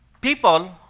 people